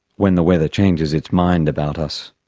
when the weather changes its mind about us.